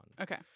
Okay